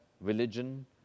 religion